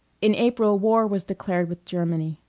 in april war was declared with germany.